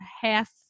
half